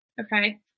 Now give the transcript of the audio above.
Okay